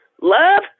Love